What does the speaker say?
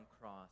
cross